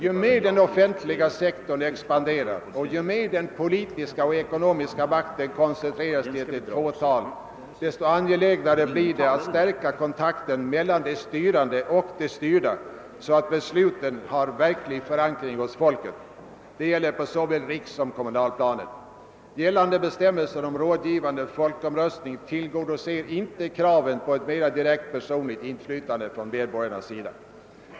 Ju mer den offentliga sektorn expanderar och ju mer den politiska och ekonomiska makten koncentreras till ett fåtal, desto angelägnare blir det att stärka kontakten mellan de styrande och de styrda, så att besluten får verklig förankring hos folket. Det gäller på såväl rikssom kommunalplanet. Nuvarande bestämmelser om rådgivande folkomröstning tillgodoser inte kraven på ett mera direkt, personligt inflytande för medborgarna.